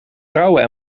vrouwen